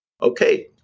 Okay